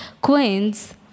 queens